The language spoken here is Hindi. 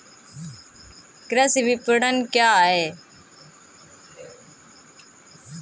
कृषि विपणन क्या है?